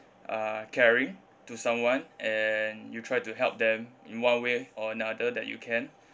uh caring to someone and you try to help them in one way or another that you can